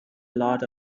lot